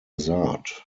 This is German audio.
saat